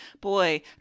Boy